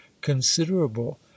considerable